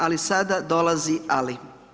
Ali sada dolazi ali.